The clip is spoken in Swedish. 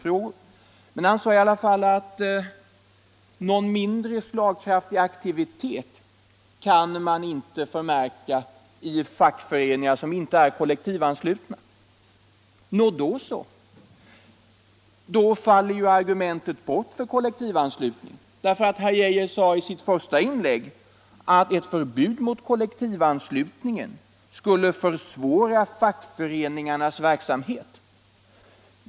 Herr Geijer sade i alla fall att någon mindre slagkraftig aktivitet kan man inte förmärka i fackföreningar som inte är kollektivanslutna. Nå, då så! Då faller ju argumentet bort för kollektivanslutning. Herr Geijer sade nämligen i sitt första inlägg att ett förbud mot kollektivanslutningen skulle försvåra fackföreningarnas verksamhet.